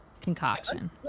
concoction